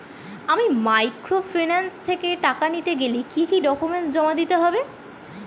আমি মাইক্রোফিন্যান্স থেকে টাকা নিতে গেলে কি কি ডকুমেন্টস জমা দিতে হবে?